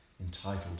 entitled